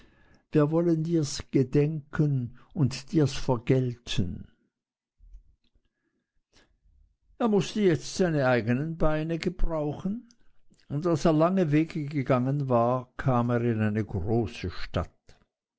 wir wollen dirs gedenken und dirs vergelten er mußte jetzt seine eigenen beine gebrauchen und als er lange wege gegangen war kam er in eine große stadt